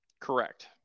Correct